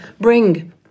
bring